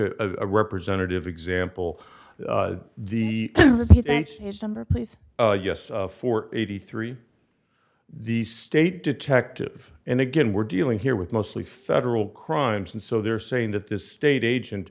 a representative example the number yes for eighty three the state detective and again we're dealing here with mostly federal crimes and so they're saying that this state agent